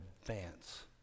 advance